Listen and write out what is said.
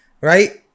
right